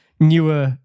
newer